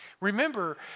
Remember